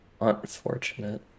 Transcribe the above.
Unfortunate